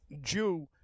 Jew